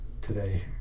today